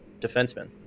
defenseman